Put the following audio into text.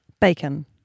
Bacon